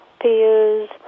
peers